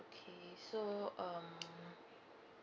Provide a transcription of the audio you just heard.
okay so um